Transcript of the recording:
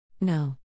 No